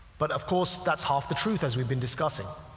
but, of course, that's half the truth as we've been discussing.